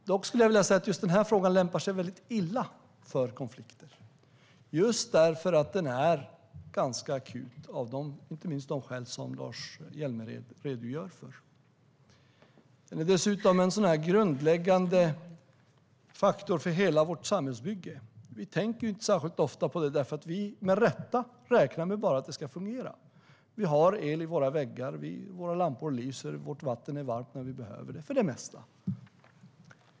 Dock lämpar sig den här frågan väldigt illa för konflikter. Det är just därför att den är ganska akut, inte minst av de skäl som Lars Hjälmered redogör för. Den är dessutom en grundläggande faktor för hela vårt samhällsbygge. Vi tänker inte särskilt ofta på det. Vi räknar med rätta med att det bara ska fungera. Vi har el i våra väggar, våra lampor lyser och vårt vatten är varmt när vi behöver det, för det mesta.